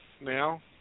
now